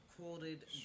Quoted